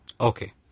Okay